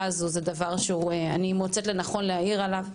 הזאת זה דבר שאני מוצאת לנכון להעיר עליו.